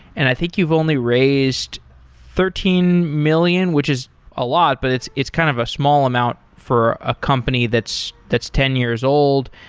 and i think you've only raised thirteen million, which is a lot, but it's it's kind of a small amount for a company that's that's ten years old,